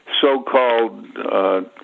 so-called